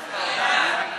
החמרת ענישה בגין